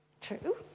True